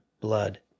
blood